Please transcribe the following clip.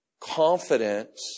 confidence